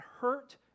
hurt